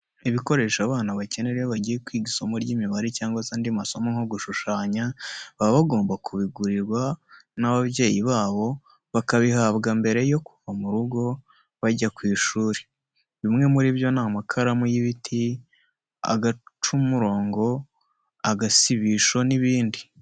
Ibikoresho abana bakenera iyo bagiye kwiga isomo ry'imibare cyangwa se andi masomo nko gushushanya, baba bagomba kubigurirwa n'ababyeyi babo bakabihabwa mbere yo kuva mu rugo bajya ku ishuri. Bimwe muri byo ni amakaramu y'ibiti, agacamurongo, agasibisho n'ibindi.